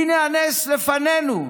הינה הנס לפנינו.